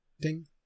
Ding